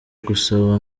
gusaba